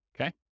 Okay